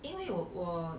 因为我我